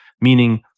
Meaning